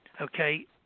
Okay